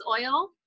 oil